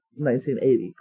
1980